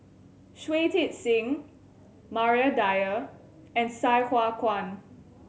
Shui Tit Sing Maria Dyer and Sai Hua Kuan